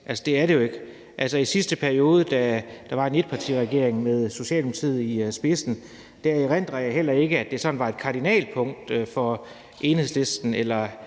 Det er det ikke. I sidste periode, da der var en etpartiregering bestående af Socialdemokratiet, erindrer jeg heller ikke at det sådan var et kardinalpunkt for hr. Pelle